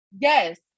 yes